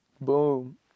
Boom